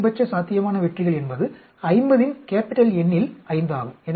அதிகபட்ச சாத்தியமான வெற்றிகள் என்பது 50 இன் N இல் 5 ஆகும்